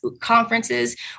conferences